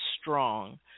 strong